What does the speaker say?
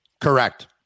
Correct